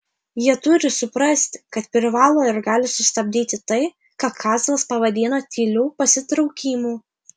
jie turi suprasti kad privalo ir gali sustabdyti tai ką kazlas pavadino tyliu pasitraukimu